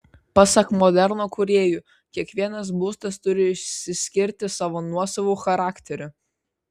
pasak moderno kūrėjų kiekvienas būstas turi išsiskirti savo nuosavu charakteriu